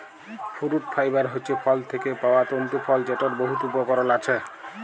fruit fibre হছে ফল থ্যাকে পাউয়া তল্তু ফল যেটর বহুত উপকরল আছে